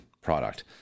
product